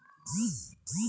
আমার পাস বইয়ে কত টাকা আছে?